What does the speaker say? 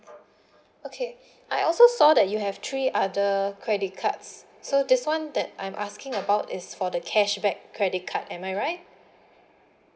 okay I also saw that you have three other credit cards so this [one] that I'm asking about is for the cashback credit card am I right